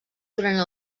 durant